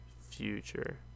future